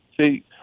See